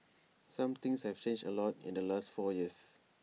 some things have changed A lot in the last four years